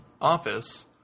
office